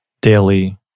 daily